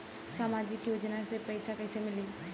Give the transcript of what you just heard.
सामाजिक योजना के पैसा कइसे मिली?